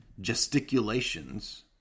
gesticulations